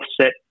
offset